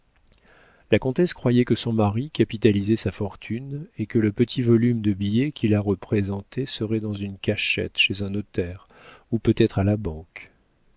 la comtesse croyait que son mari capitalisait sa fortune et que le petit volume de billets qui la représentait serait dans une cachette chez un notaire ou peut-être à la banque